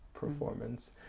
performance